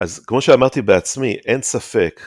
אז כמו שאמרתי בעצמי אין ספק